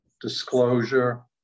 disclosure